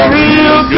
real